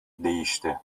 değişti